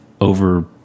over